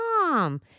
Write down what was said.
mom